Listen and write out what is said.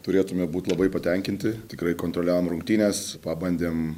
turėtumėm būti labai patenkinti tikrai kontroliavom rungtynes pabandėm